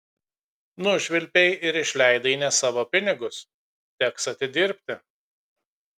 nušvilpei ir išleidai ne savo pinigus teks atidirbti